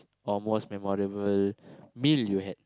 or most memorable meal you had